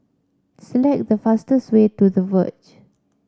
select the fastest way to The Verge